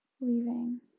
leaving